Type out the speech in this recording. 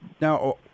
now